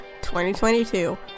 2022